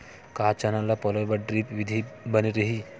का चना ल पलोय बर ड्रिप विधी बने रही?